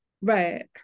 Right